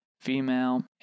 Female